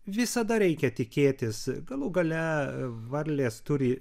visada reikia tikėtis galų gale varlės turi